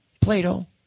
Plato